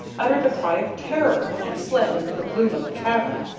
uttered a cry of terror and fled into the gloom of the cavern.